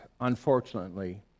unfortunately